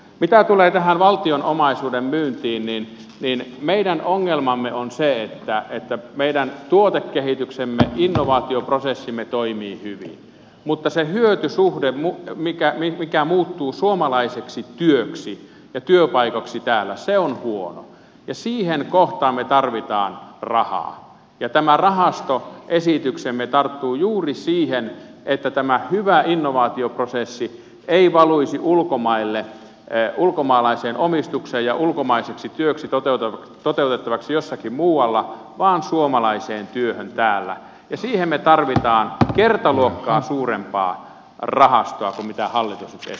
mitä tulee tähän valtion omaisuuden myyntiin niin meidän ongelmamme on se että meidän tuotekehityksemme innovaatioprosessimme toimii hyvin mutta se hyötysuhde mikä muuttuu suomalaiseksi työksi ja työpaikoiksi täällä on huono ja siihen kohtaan me tarvitsemme rahaa ja tämä rahastoesityksemme tarttuu juuri siihen että tämä hyvä innovaatioprosessi ei valuisi ulkomaille ulkomaalaiseen omistukseen ja ulkomaiseksi työksi toteutettavaksi jossakin muualla vaan suomalaiseen työhön täällä ja siihen me tarvitsemme kertaluokkaa suurempaa rahastoa kuin mitä hallitus nyt esittää